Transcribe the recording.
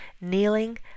kneeling